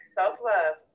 self-love